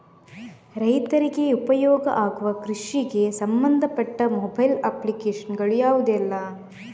ರೈತರಿಗೆ ಉಪಯೋಗ ಆಗುವ ಕೃಷಿಗೆ ಸಂಬಂಧಪಟ್ಟ ಮೊಬೈಲ್ ಅಪ್ಲಿಕೇಶನ್ ಗಳು ಯಾವುದೆಲ್ಲ?